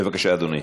בבקשה, אדוני.